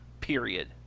Period